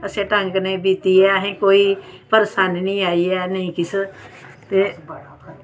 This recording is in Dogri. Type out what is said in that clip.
अच्छे ढंग कन्नै बीती ऐ असें कोई परेशानी निं आई ऐ ना किश ते